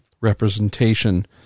representation